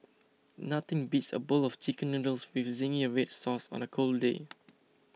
nothing beats a bowl of Chicken Noodles with Zingy Red Sauce on a cold day